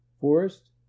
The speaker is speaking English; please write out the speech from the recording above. Forest